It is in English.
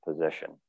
position